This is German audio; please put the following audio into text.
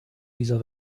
dieser